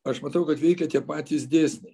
aš matau kad veikia tie patys dėsniai